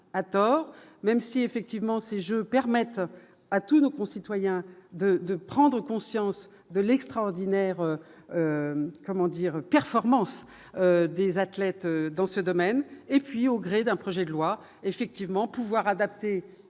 à tort, même si effectivement ces jeux permettent à tous nos concitoyens de de prendre conscience de l'extraordinaire, comment dire, performances des athlètes dans ce domaine et puis au gré d'un projet de loi effectivement pouvoir adapter